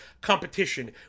competition